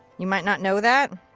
you might not know that.